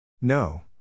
No